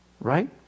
right